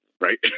right